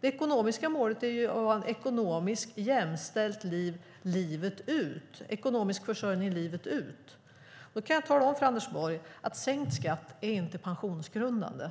Det ekonomiska målet är ju att man ska ha ett ekonomiskt jämställt liv livet ut, en ekonomisk försörjning livet ut. Då kan jag tala om för Anders Borg att sänkt skatt inte är pensionsgrundande.